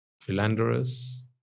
philanderers